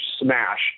smash